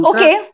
Okay